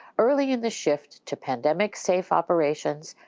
early in the shift to pandemic-safe operations,